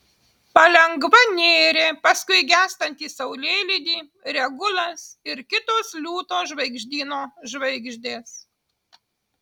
palengva nėrė paskui gęstantį saulėlydį regulas ir kitos liūto žvaigždyno žvaigždės